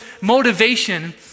motivation